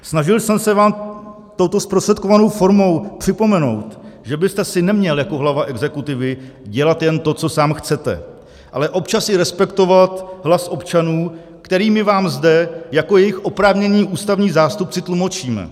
Snažil jsem se vám touto zprostředkovanou formou připomenout, že byste si neměl jako hlava exekutivy dělat jen to, co sám chcete, ale občas i respektovat hlas občanů, který my vám zde jako jejich oprávnění ústavní zástupci tlumočíme.